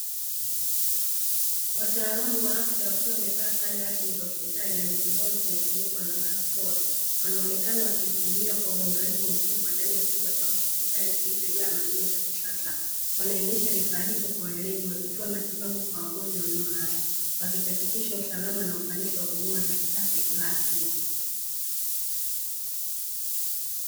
Wataalamu wa afya wakiwa wamevaa sare rasmi za hospitali na nyuso zao zimefunikwa na barakoa. Wanaonekana wakihudumia kwa uangalifu mkubwa, ndani ya chumba cha hospitali kilichojaa mashine za kisasa. Wanaendesha vifaa hivyo kwa weledi wakitoa matibabu kwa wagonjwa waliolazwa, wakihakikisha usalama na ufanisi wa huduma za kiafya kila hatua.